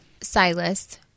Silas